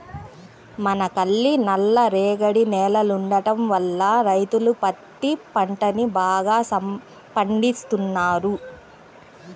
మనకల్లి నల్లరేగడి నేలలుండటం వల్ల రైతులు పత్తి పంటని బాగా పండిత్తన్నారు